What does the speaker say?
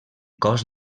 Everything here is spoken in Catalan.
cos